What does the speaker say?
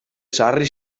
sarri